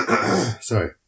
Sorry